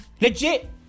Legit